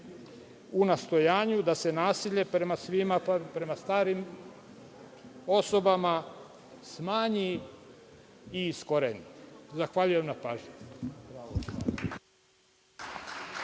u nastojanju da se nasilje prema svima, starijim osobama smanji i iskoreni. Zahvaljujem na pažnji.